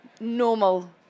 normal